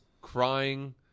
crying